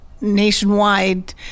nationwide